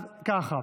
אם כך,